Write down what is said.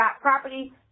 property